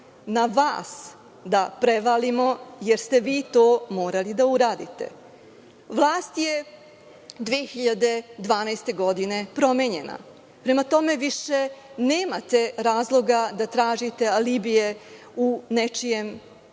na vas da prevalimo, jer ste vi to morali da uradite. Vlast je 2012. godine promenjena. Prema tome, više nemate razloga da tražite alibije u nečijem